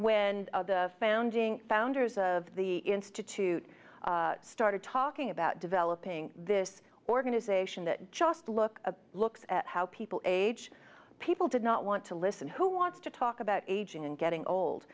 when the founding founders of the institute started talking about developing this organization that just look looks at how people age people did not want to listen who wants to talk about aging and getting old